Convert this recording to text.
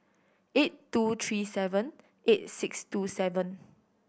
eight two three seven eight six two seven